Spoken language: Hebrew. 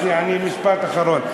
משפט ממש אחרון.